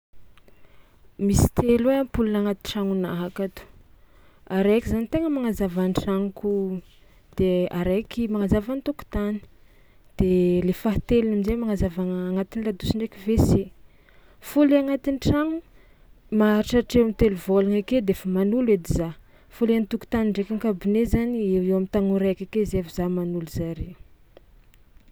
Misy telo eo ampola agnaty tragnonahy akato, araiky zany tegna magnazava ny tragnoko de araiky magnazava ny tokotany de le fahatelony amin-jay magnazavagna agnatin'ny ladosy ndraiky WC fô le agnatin'ny tragno maharitraritra eo am'telo vôlagna ake de fa manolo edy za fo le an-tokotany ndraiky an-gabone eo ho eo am'taogno araiky ake zay vo za manolo zare.